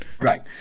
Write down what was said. Right